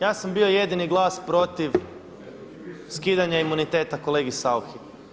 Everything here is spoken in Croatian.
Ja sam bio jedini glas protiv skidanja imuniteta kolegi Sauchi.